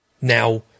Now